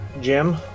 Jim